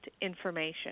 information